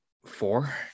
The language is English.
Four